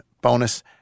bonus